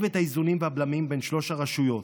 את האיזונים והבלמים בין שלוש הרשויות.